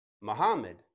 Muhammad